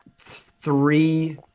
three